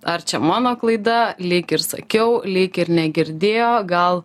ar čia mano klaida lyg ir sakiau lyg ir negirdėjo gal